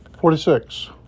Forty-six